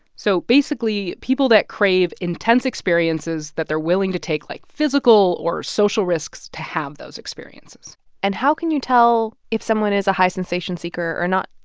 so basically people that crave intense experiences that they're willing to take, like, physical or social risks to have those experiences and how can you tell if someone is a high sensation seeker or not?